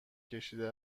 کشیده